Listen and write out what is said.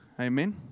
Amen